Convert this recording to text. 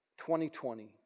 2020